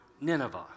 Nineveh